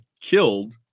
killed